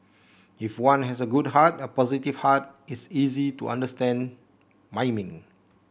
if one has a good heart a positive heart it's easy to understand miming